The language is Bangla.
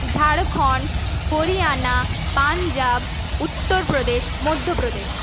ঝাড়খণ্ড হরিয়ানা পাঞ্জাব উত্তরপ্রদেশ মধ্যপ্রদেশ